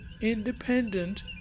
independent